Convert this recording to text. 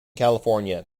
california